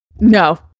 No